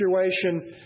situation